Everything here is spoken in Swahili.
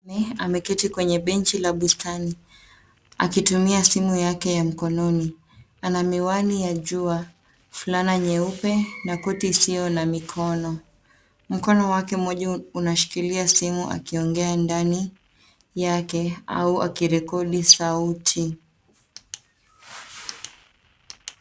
Mwanaume ameketi kwenye bench la bustani. Akitumia simu yake ya mkononi. Ana miwani ya jua, fulana nyeupe na koti isiyo na mikono. Mkono wake mmoja unashikilia simu akiongea ndani yake au akirekodi sauti.